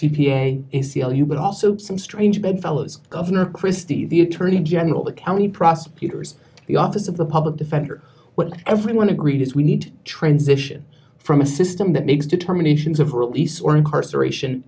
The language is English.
a but also some strange bedfellows governor christie the attorney general the county prosecutors the office of the public defender what everyone agreed is we need transition from a system that makes determinations of release or incarceration